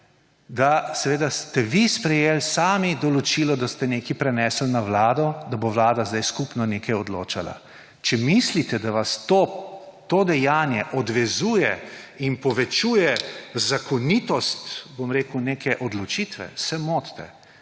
da ste vi sami sprejeli določilo, da ste nekaj prenesli na vlado, da bo vlada zdaj skupno nekaj odločala. Če mislite, da vas to dejanje odvezuje in povečuje zakonitost neke odločitve, se motite.